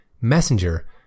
Messenger